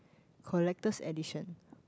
collector's edition